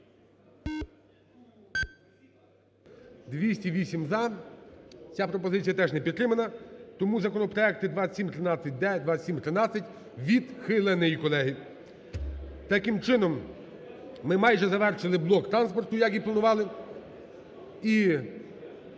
За-208 Ця пропозиція теж не підтримана. Тому законопроект 2713-д, 2713 відхилений, колеги. Таким чином, ми майже завершили блок транспорту, як і планували.